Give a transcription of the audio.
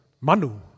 Manu